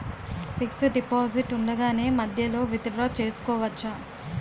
Fixed deposit ఉండగానే మధ్యలో withdraw చేసుకోవచ్చా?